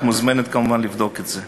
את מוזמנת כמובן לבדוק את זה.